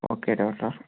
okay doctor